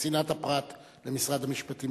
צנעת הפרט במשרד המשפטים.